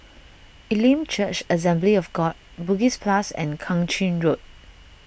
Elim Church Assembly of God Bugis Plus and Kang Ching Road